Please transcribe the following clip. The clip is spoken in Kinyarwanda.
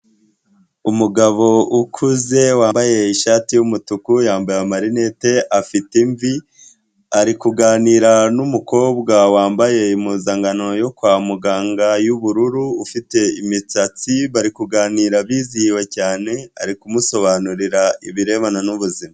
Umugabo ukuze wambaye ishati y’umutuku, yambaye amarinete, afite imvi ari kuganira n’umukobwa wambaye impuzankano yo kwa muganga y’ubururu ufite imisatsi, bari kuganira bizihiwe cyane ari kumusobanurira ibirebana n’ubuzima.